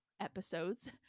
episodes